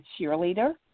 cheerleader